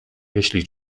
jeśli